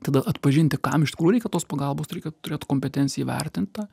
tada atpažinti kam iš tikrųjų reikia tos pagalbos reikia turėt kompetenciją įvertint tą